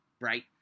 right